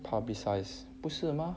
publicise 不是 mah